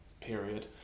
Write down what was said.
period